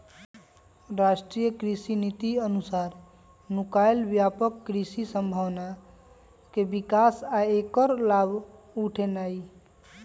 राष्ट्रीय कृषि नीति अनुसार नुकायल व्यापक कृषि संभावना के विकास आ ऐकर लाभ उठेनाई